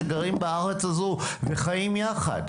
שגרים בארץ הזו וחיים יחד.